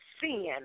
sin